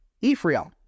Ephraim